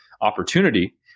opportunity